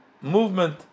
movement